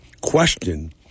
question